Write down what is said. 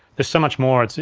there's so much more,